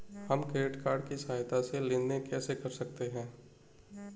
हम credit card की सहायता से लेन देन कैसे कर सकते हैं?